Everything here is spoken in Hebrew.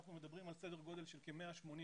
אנחנו מדברים על סדר גודל של כ-180,000